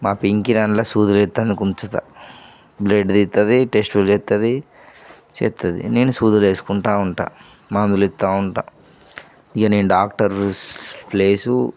మా పింకీని దాంట్లో సూదులు వేసేటందుకు ఉంచుతాను బ్లడ్ తీస్తుంది టెస్టులు చేస్తుంది చేస్తుంది నేను సూదిలేసుకుంటూ ఉంటాను మందులు ఇస్తూ ఉంటాను ఇంకా నేను డాక్టర్ ప్లేసు